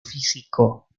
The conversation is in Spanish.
físico